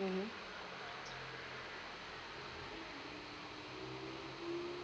mmhmm